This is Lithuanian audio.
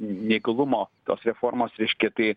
neįgalumo tos reformos reiškia tai